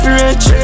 rich